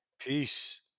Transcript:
Peace